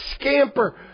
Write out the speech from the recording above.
scamper